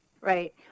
Right